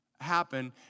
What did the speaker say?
happen